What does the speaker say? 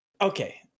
Okay